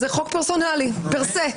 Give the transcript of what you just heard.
זה חוק פרסונלי פר-סה.